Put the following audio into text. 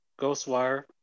Ghostwire